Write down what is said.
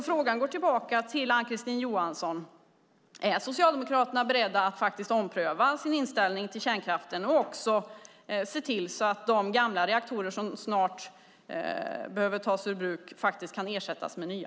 Frågan går tillbaka till Ann-Kristine Johansson: Är Socialdemokraterna beredda att ompröva sin inställning till kärnkraften och se till att de gamla reaktorer som snart måste tas ur bruk ersätts med nya?